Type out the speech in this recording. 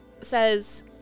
says